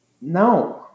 no